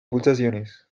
pulsaciones